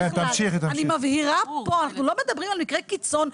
אני מבהירה פה, אנחנו לא מדברים על מקרי קיצון.